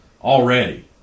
already